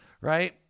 right